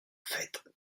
faîte